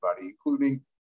including